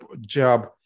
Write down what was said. job